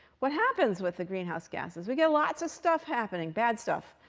what happens with the greenhouse gases? we get lots of stuff happening, bad stuff.